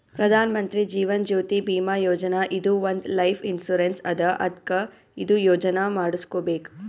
ಪ್ರಧಾನ್ ಮಂತ್ರಿ ಜೀವನ್ ಜ್ಯೋತಿ ಭೀಮಾ ಯೋಜನಾ ಇದು ಒಂದ್ life insurance ಅದಾ ಅದ್ಕ ಇದು ಯೋಜನಾ ಮಾಡುಸ್ಕೊಬೇಕ್